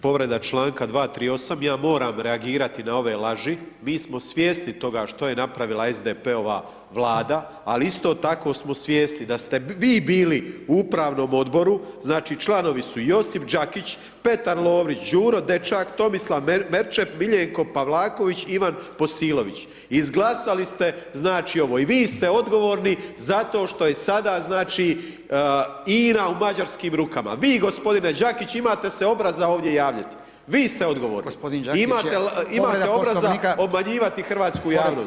Povreda čl. 238., ja moram reagirati na ove laži, mi smo svjesni toga što je napravila SDP-ova Vlada, ali isto tako smo svjesni da ste vi bili u upravnom odboru, znači, članovi su Josip Đakić, Petar Lovrić, Đuro Dečak, Tomislav Merčep, Miljenko Pavlaković, Ivan Posilović, izglasali ste, znači, ovo i vi ste odgovorni zato što je sada, znači, INA u mađarskim rukama, vi g. Đakić imate se obraza ovdje javljat, vi ste odgovorni [[Upadica: g. Đakić je]] imate [[Upadica: Povreda Poslovnika]] obraza obmanjivati hrvatsku javnost.